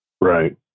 Right